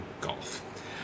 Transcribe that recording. golf